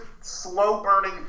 slow-burning